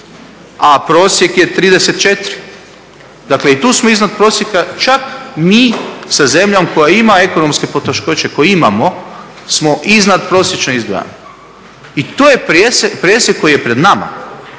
a prosjek je 34, dakle i tu smo iznad prosjeka čak mi sa zemljom koja ima ekonomske poteškoće, koje imamo iznad prosječno izdvajamo. I to je presjek koji je pred nama.